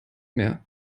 mehr